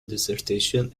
dissertation